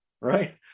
right